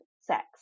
sex